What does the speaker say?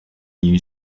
new